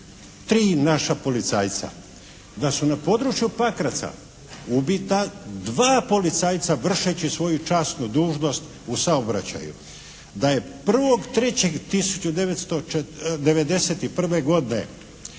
tri naša policajca. Da su na području Pakraca ubita dva policajca vršeći svoju časnu dužnost u saobraćaju. Da je 1.3.1991. godine